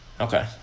okay